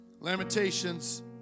Lamentations